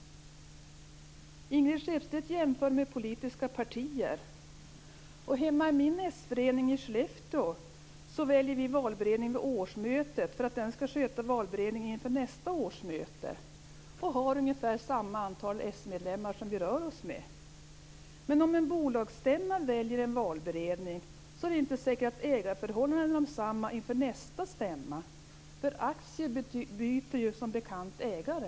Ingrid Skeppstedt jämför med politiska partier. I min s-förening i Skellefteå väljer vi valberedning vid årsmötet för att sköta beredningen av valen inför nästa årsmöte. Vi rör oss med ungefär oförändrat antal s-medlemmar. Men när en bolagsstämma valt en valberedning är det inte säkert att ägarförhållandena är desamma inför nästa stämma. Aktier byter som bekant ägare.